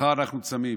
מחר אנחנו צמים.